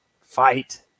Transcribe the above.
fight